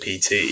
PT